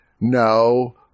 no